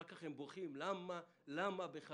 אחר כך הם בוכים: למה בחקיקה?